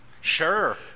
Sure